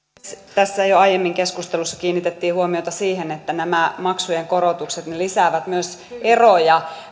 tässä jo aiemmin keskustelussa kiinnitettiin huomiota siihen että nämä maksujen korotukset lisäävät myös eroja